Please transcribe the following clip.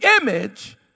image